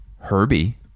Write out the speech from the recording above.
Herbie